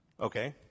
Okay